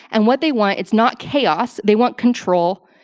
and what they want, it's not chaos. they want control,